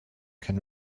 can